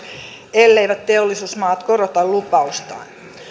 elleivät teollisuusmaat korota lupaustaan